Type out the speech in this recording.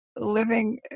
living